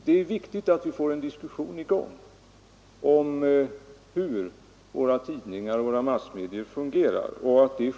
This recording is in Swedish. Det är viktigt att vi får i gång en öppen och just diskussion om hur våra tidningar och massmedier i övrigt fungerar.